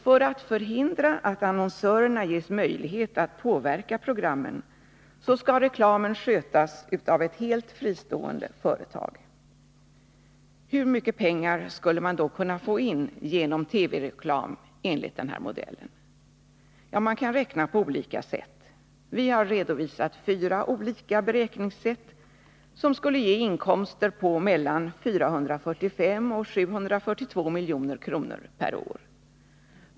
För att förhindra att annonsörerna ges möjlighet att påverka programmen skall reklamen skötas av ett helt fristående företag. Hur mycket pengar skulle man då kunna få in genom TV-reklam enligt denna modell? Man kan beräkna på olika sätt. Vi har redovisat fyra olika beräkningssätt, som skulle ge inkomster på mellan 445 och 742 milj.kr. per år.